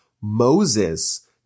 Moses